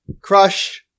Crush